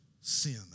Sin